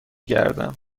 گردم